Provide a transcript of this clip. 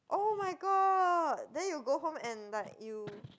[oh]-my-god then you go home and like you